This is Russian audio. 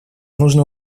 нужно